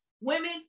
women